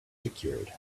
secured